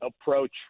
approach